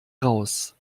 raus